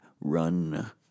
run